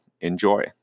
Enjoy